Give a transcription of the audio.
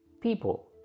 people